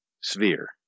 sphere